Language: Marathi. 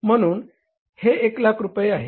म्हणून हे 10000 रुपये आहेत